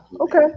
Okay